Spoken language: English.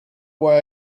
why